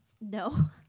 No